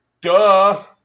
duh